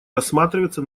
рассматривается